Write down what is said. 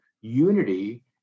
unity